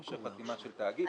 או מורשה חתימה של תאגיד,